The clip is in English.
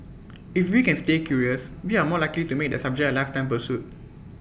if we can stay curious we are more likely to make that subject A lifetime pursuit